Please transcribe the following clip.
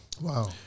wow